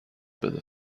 بده